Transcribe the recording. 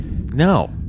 No